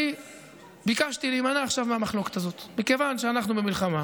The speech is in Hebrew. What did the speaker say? אני ביקשתי להימנע עכשיו מהמחלוקת הזאת מכיוון שאנחנו במלחמה,